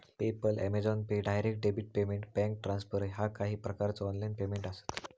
PayPal, Amazon pay, direct debit payment, bank transfer ह्या काही प्रकारचो ऑनलाइन पेमेंट आसत